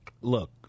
look